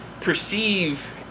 perceive